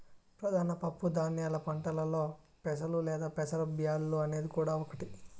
ప్రధాన పప్పు ధాన్యాల పంటలలో పెసలు లేదా పెసర బ్యాల్లు అనేది కూడా ఒకటి